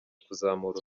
kuzamura